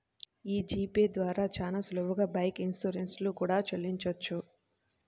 యీ G pay ద్వారా చానా సులువుగా బైక్ ఇన్సూరెన్స్ లు కూడా చెల్లించొచ్చు